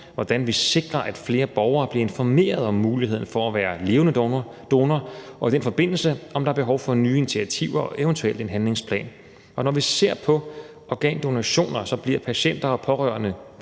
hvordan vi sikrer, at flere borgere bliver informeret om muligheden for at være levende donor, og om der i den forbindelse er et behov for nye initiativer og eventuelt en handlingsplan. Når vi ser på organdonationer, bliver patienter og pårørende